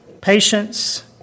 patience